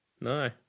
No